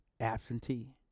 absentee